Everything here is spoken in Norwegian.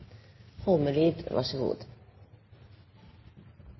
det. Vær så god!